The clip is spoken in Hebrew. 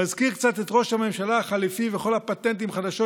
מזכיר קצת את ראש הממשלה החליפי וכל הפטנטים חדשות